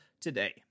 today